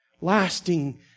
Lasting